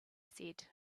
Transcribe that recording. said